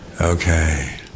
Okay